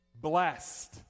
blessed